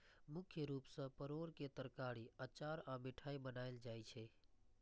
मुख्य रूप सं परोर के तरकारी, अचार आ मिठाइ बनायल जाइ छै